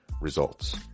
results